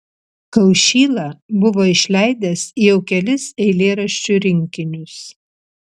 kaušyla buvo išleidęs jau kelis eilėraščių rinkinius